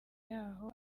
y’aho